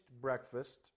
breakfast